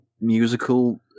musical